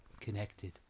connected